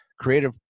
Creative